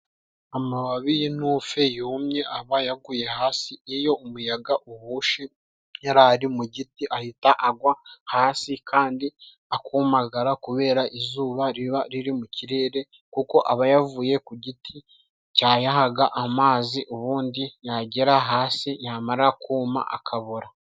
Amababi y'inturusi yumye aba yaguye hasi, iyo umuyaga uhushye yarari mu giti ahita agwa hasi kandi akumagara kubera izuba riba riri mu kirere kuko aba yavuye ku giti cyayahaga amazi ubundi yagera hasi yamara kuma akabora.